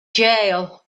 jail